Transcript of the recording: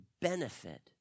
benefit